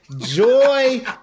joy